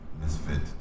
misfit